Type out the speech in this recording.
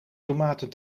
tomaten